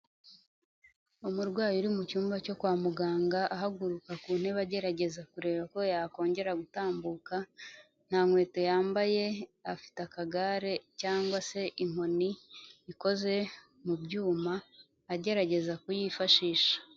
Umurwayi uri mu cyumba cyo kwa muganga ahaguruka ku ntebe agerageza kureba ko yakongera gutambuka, nta nkweto yambaye afite akagare cyangwa se inkoni ikoze mu byuma agerageza kuyifashisha.